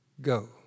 Go